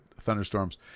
thunderstorms